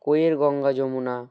কইয়ের Ganga Jamuna